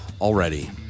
Already